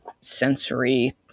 sensory